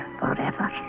forever